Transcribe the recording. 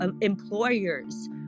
employers